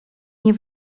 nie